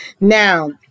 Now